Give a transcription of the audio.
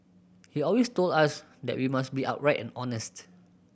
he always told us that we must be upright and honest